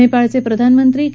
नेपाळचे प्रधानमंत्री के